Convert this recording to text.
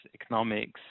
economics